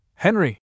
Henry